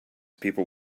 people